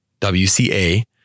WCA